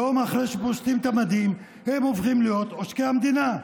ויום אחרי שפושטים את המדים הם עוברים להיות עושקי המדינה.